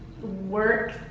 work